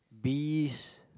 bees